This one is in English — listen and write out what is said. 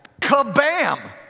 kabam